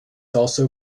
also